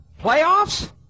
playoffs